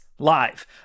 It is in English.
Live